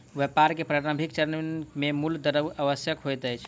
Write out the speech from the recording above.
व्यापार के प्रारंभिक चरण मे मूल द्रव्य आवश्यक होइत अछि